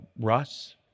Russ